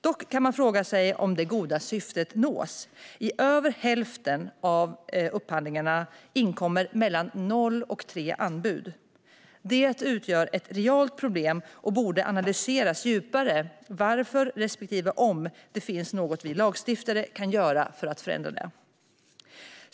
Dock kan man fråga sig om det goda syftet nås. I över hälften av upphandlingarna inkommer mellan noll och tre anbud. Det utgör ett realt problem, och det borde analyseras djupare varför, respektive om, det finns något vi lagstiftare kan göra för att förändra det.